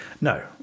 No